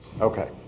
Okay